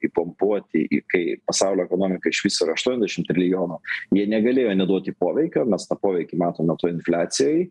įpompuoti į kai pasaulio ekonomika iš viso yra aštuoniasdešim trilijonų jie negalėjo neduoti poveikio mes tą poveikį matome toj infliacijoj